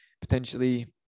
potentially